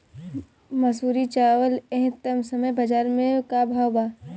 मंसूरी चावल एह समय बजार में का भाव बा?